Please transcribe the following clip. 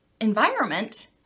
environment